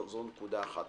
זו נקודה אחת.